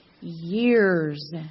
years